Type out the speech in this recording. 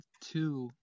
two